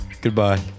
goodbye